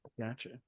gotcha